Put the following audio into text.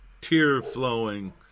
tear-flowing